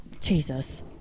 Jesus